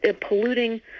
polluting